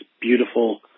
beautiful